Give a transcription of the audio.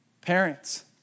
Parents